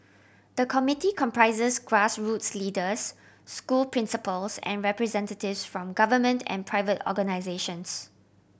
the committee comprises grassroots leaders school principals and representatives from government and private organisations